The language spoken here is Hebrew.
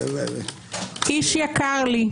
איש יקר לי.